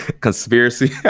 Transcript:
Conspiracy